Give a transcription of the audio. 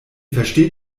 versteht